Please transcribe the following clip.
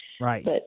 Right